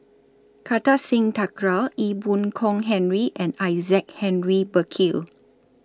Kartar Singh Thakral Ee Boon Kong Henry and Isaac Henry Burkill